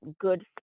good